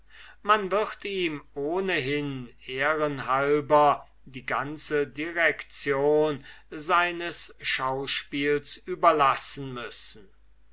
man wird ihm ohnehin ehren halben die ganze direction seines schauspiels überlassen müssen